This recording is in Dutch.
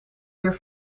weer